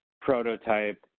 prototype